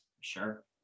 Sure